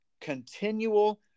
continual